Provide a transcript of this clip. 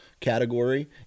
category